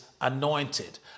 anointed